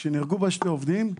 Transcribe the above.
שנהרגו בה שני עובדים,